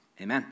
Amen